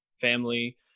family